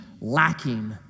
lacking